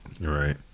Right